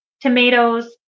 Tomatoes